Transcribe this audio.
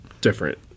different